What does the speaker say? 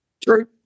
True